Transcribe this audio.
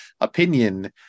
opinion